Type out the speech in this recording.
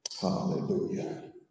Hallelujah